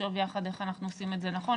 שנחשוב יחד איך אנחנו עושים את זה נכון.